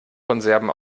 konserven